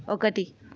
ఒకటి